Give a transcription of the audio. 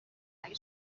اگه